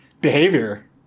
behavior